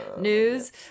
news